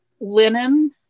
linen